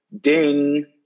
ding